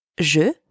Je